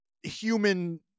human